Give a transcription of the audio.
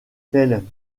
qu’elles